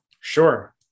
sure